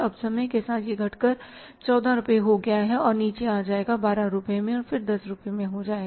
अब समय के साथ यह घटकर 14 रुपये हो गया है और नीचे आ जाएगा 12 रुपये और फिर 10 रुपये हो जाएगा